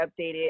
updated